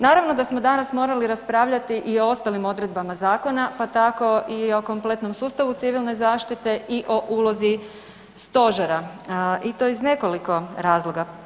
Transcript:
Naravno da smo danas morali raspravljati i o ostalim odredbama zakona pa tako i o kompletnom sustavu civilne zaštite i o ulozi stožera i to iz nekoliko razloga.